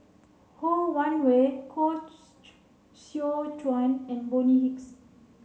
Ho Wan Hui Koh Seow Chuan and Bonny Hicks